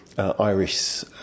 Irish